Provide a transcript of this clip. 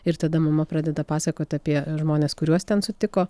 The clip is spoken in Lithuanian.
ir tada mama pradeda pasakot apie žmones kuriuos ten sutiko